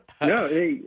No